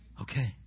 Okay